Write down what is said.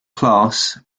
class